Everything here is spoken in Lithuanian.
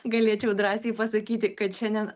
galėčiau drąsiai pasakyti kad šiandien